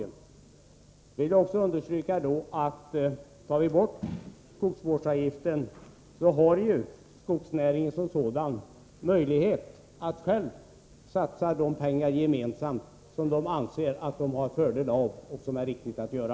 Jag vill också understryka, att om man tar bort skogsvårdsavgiften, har man inom skogsnäringen möjlighet att gemensamt satsa de pengar som man anser det är riktigt att satsa.